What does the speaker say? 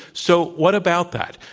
so what about that?